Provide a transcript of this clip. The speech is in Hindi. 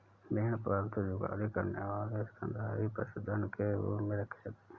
भेड़ पालतू जुगाली करने वाले स्तनधारी पशुधन के रूप में रखे जाते हैं